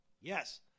Yes